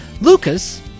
Lucas